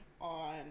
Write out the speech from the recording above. on